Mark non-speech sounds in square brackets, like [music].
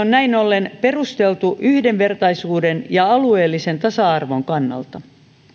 [unintelligible] näin ollen perusteltu yhdenvertaisuuden ja alueellisen tasa arvon kannalta